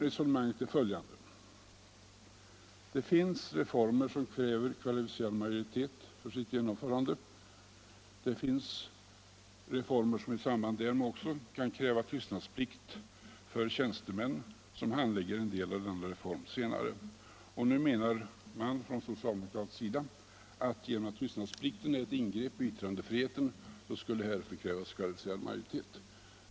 Resonemanget är följande: Det finns reformer som kräver kvalificerad majoritet för sitt genom förande, och det finns reformer som i samband därmed också kan kräva tystnadsplikt för tjänstemän som senare handlägger en del av reformen. Och nu menar man från socialdemokratisk sida att genom att tystnadsplikten är ett ingrepp i yttrandefriheten skulle härför krävas kvalificerad majoritet.